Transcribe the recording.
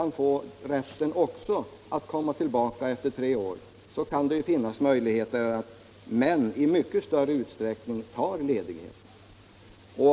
När männen också får rätt att komma tillbaka efter tre år är det möjligt att de i mycket större utsträckning tar ledigt.